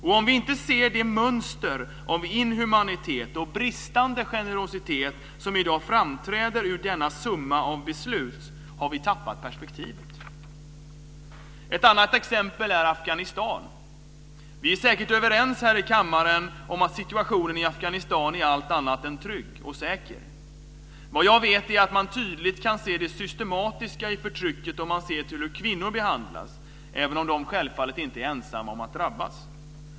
Och om vi inte ser det mönster av inhumanitet och bristande generositet som i dag framträder ur denna summa av beslut, har vi tappat perspektivet. Ett annat exempel är Afghanistan. Vi är säkert överens här i kammaren om att situationen i Afghanistan är allt annat än trygg och säker. Man kan tydligt se det systematiska i förtrycket vad gäller hur kvinnor behandlas, även om de självfallet inte är ensamma om att drabbas.